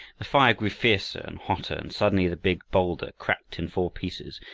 the fire grew fiercer and hotter, and suddenly the big boulder cracked in four pieces,